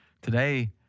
today